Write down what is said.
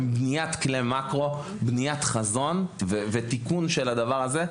של בניית חזון עם כלים במאקרו כדי להביא לתיקון של הבעיה הזאת.